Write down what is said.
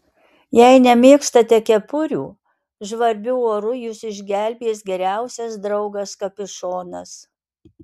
jei nemėgstate kepurių žvarbiu oru jus išgelbės geriausias draugas kapišonas